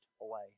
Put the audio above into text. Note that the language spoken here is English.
away